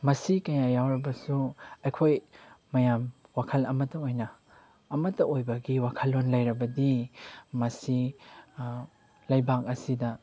ꯃꯁꯤ ꯀꯌꯥ ꯌꯥꯎꯔꯕꯁꯨ ꯑꯩꯈꯣꯏ ꯃꯌꯥꯝ ꯋꯥꯈꯜ ꯑꯃꯇ ꯑꯣꯏꯅ ꯑꯃꯇ ꯑꯣꯏꯕꯒꯤ ꯋꯥꯈꯜꯂꯣꯟ ꯂꯩꯔꯕꯗꯤ ꯃꯁꯤ ꯂꯩꯕꯥꯛ ꯑꯁꯤꯗ